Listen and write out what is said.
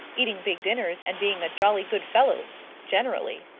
eating big dinners, and being a jolly good fellow generally.